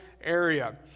area